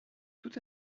tout